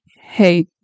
hey